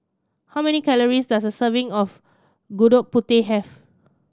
how many calories does a serving of Gudeg Putih have